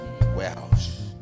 Warehouse